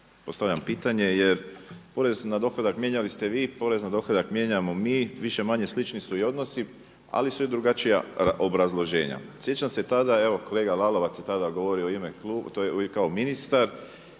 postavljam pitanje jer porez na dohodak mijenjali ste vi, porez na dohodak mijenjamo mi. Više-manje slični su i odnosi, ali su i drugačija obrazloženja. Sjećam se tada, evo kolega Lalovac je tada govorio u ime, tj. kao ministar